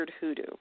hoodoo